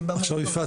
בפערים.